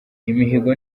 imihigo